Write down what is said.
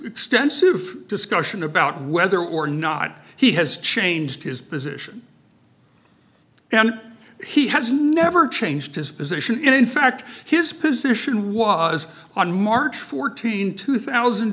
extensive discussion about whether or not he has changed his position and he has never changed his position in fact his position was on march fourteenth two thousand